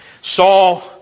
Saul